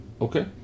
Okay